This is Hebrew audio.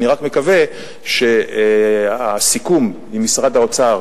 אני רק מקווה שהסיכום עם משרד האוצר